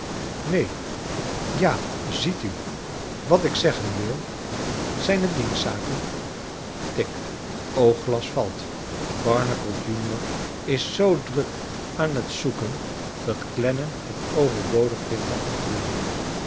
ja ziet u wat ik zeggen wil zijn het dienstzaken tik oogglas valt barnacle junior is zoo druk aan het zoeken dat clennam het overbodig vindt te antwoorden